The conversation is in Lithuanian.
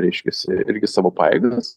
reiškiasi irgi savo pajėgas